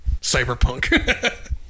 cyberpunk